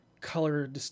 color